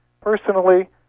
personally